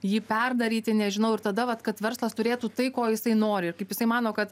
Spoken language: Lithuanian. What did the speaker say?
jį perdaryti nežinau ir tada vat kad verslas turėtų tai ko jisai nori kaip jisai mano kad